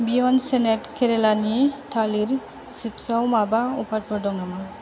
बेयन्द snack केरालानि थालिर चिप्सआव माबा अफारफोर दङ नामा